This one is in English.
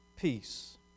Peace